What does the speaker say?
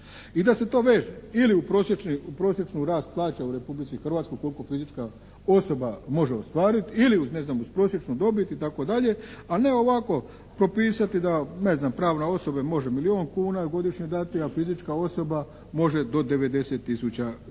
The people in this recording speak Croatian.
i da se to veže ili u prosječni rast plaća u Republici Hrvatskoj koliko fizička osoba može ostvariti ili uz ne znam prosječnu dobit itd. ali ne ovako propisati da ne znam pravna osoba može milijun kuna godišnje dati, a fizička osoba može do 90 tisuća